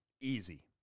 Easy